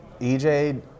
EJ